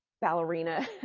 ballerina